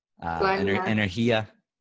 energía